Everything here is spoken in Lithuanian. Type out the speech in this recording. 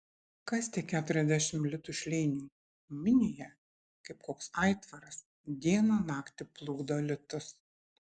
kas tie keturiasdešimt litų šleiniui minija kaip koks aitvaras dieną naktį plukdo litus